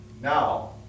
Now